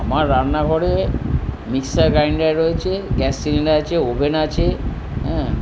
আমার রান্নাঘরে mixer grinder রয়েছে গ্যাস সিলিন্ডার আছে ওভেন আছে হ্যাঁ